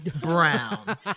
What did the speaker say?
Brown